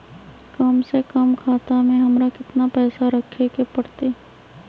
कम से कम खाता में हमरा कितना पैसा रखे के परतई?